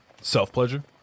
self-pleasure